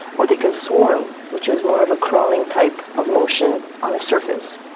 or they can swarm, which is more of a crawling type of motion on a surface.